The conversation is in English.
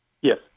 yes